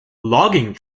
logging